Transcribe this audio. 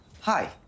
hi